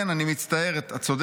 כן, אני מצטערת, את צודקת,